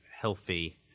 healthy